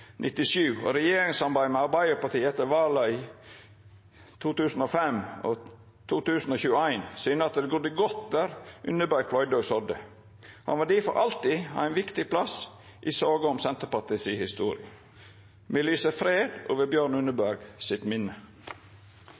1997 og regjeringssamarbeidet med Arbeiderpartiet etter vala i 2005 og 2021 syner at det grodde godt der Unneberg pløgde og sådde. Han vil difor alltid ha ein viktig plass i soga om Senterpartiet si historie. Me lyser fred over Bjørn Unneberg sitt minne.